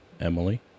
Emily